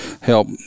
help